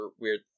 weird